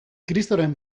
kristoren